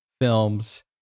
films